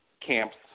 camps